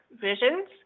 visions